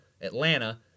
Atlanta